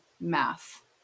math